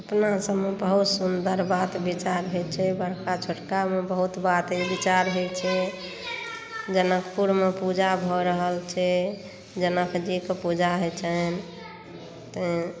अपना सभमे बहुत सुन्दर बात विचार होइ छै बड़का छोटकामे बहुत बात विचार होइ छै जनकपुर मे पूजा भऽ रहल छै जनकजीके पूजा होइ छनि तै